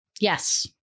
yes